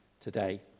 today